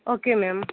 okay ma'am